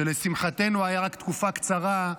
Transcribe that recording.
שלשמחתנו היה רק תקופה קצרה,